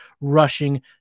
rushing